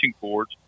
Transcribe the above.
cords